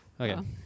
Okay